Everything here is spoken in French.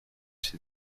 ses